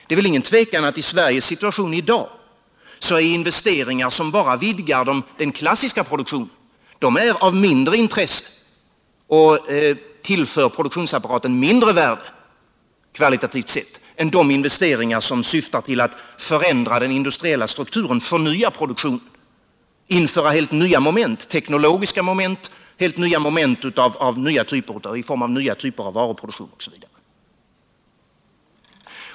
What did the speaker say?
Det är väl ingen tvekan om att i Sveriges situation i dag är investeringar som bara vidgar den klassiska produktionen av mindre intresse och tillför produktionsapparaten mindre värde, kvalitativt sett, än de investeringar som syftar till att förändra den industriella strukturen, förnya produktionen, införa helt nya teknologiska moment, nya typer av varuproduktion, osv.